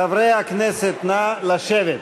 חברי הכנסת, נא לשבת.